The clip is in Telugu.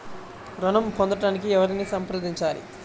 ఋణం పొందటానికి ఎవరిని సంప్రదించాలి?